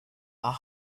are